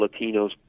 Latinos